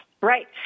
Right